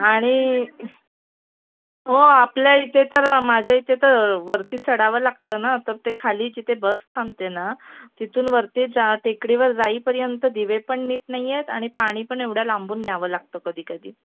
आणि हो आपल्या इथे तर माझ्या इथे तर वरती चढावं लागतं ना तर ते खाली जिथे बस थांबते ना तिथून वरतीच टेकडीवर जाईपर्यंत दिवे पण नीट नाही आहेत आणि पाणी पण एवढ्या लांबून न्यावं लागतं कधीकधी